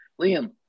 Liam